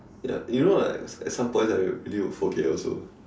ya you know like at at some points I I really will forget also